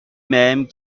même